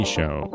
Show